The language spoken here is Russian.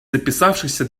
записавшихся